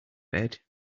bed